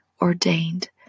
ordained